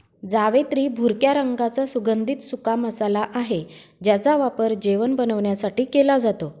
जावेत्री भुरक्या रंगाचा सुगंधित सुका मसाला आहे ज्याचा वापर जेवण बनवण्यासाठी केला जातो